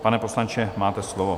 Pane poslanče, máte slovo.